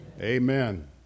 amen